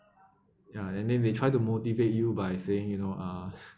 ya and then they try to motivate you by saying you know uh